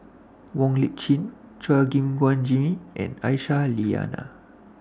Wong Lip Chin Chua Gim Guan Jimmy and Aisyah Lyana